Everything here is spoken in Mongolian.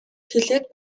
хэлээд